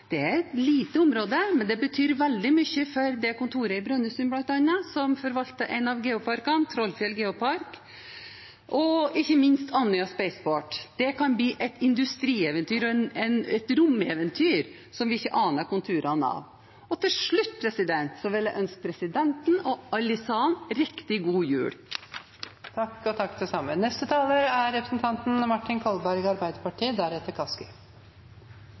Det er et lite område, men betyr veldig mye for kontoret i Brønnøysund, bl.a., som forvalter én av geoparkene, Trollfjell geopark, og ikke minst for Andøya Spaceport. Det kan bli et industrieventyr og et romeventyr som vi ikke aner konturene av. Til slutt vil jeg ønske presidenten og alle i salen riktig god jul. Takk, og takk det samme. Jeg er oppriktig talt litt usikker på hvor nyttig dette er